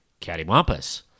cattywampus